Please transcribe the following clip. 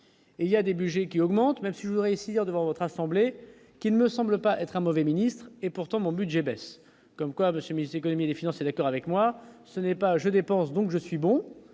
il y a des Budgets qui augmentent, même si je voudrais cigare devant votre assemblée, qui ne semble pas être un mauvais ministre et pourtant mon budget baisse comme quoi de Économie, des Finances, électeurs avec moi, ce n'est pas je dépense, donc je suis bon,